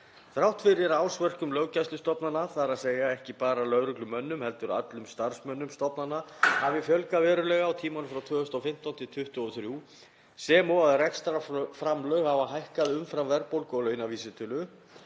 Þrátt fyrir að ársverkum löggæslustofnana, þ.e. ekki bara lögreglumanna heldur allra starfsmanna stofnana, hafi fjölgað verulega á tímanum frá 2015–2023 sem og að rekstrarframlög hafi hækkað umfram verðbólgu og launavísitölu,